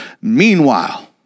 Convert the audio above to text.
meanwhile